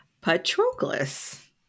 Patroclus